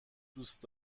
دوست